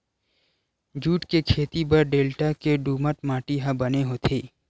jute के खेती बर डेल्टा के दुमट माटी ह बने होथे